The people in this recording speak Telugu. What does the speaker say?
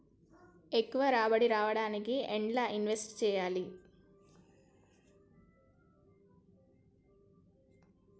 ఎక్కువ రాబడి రావడానికి ఎండ్ల ఇన్వెస్ట్ చేయాలే?